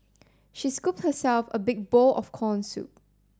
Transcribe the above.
she scooped herself a big bowl of corn soup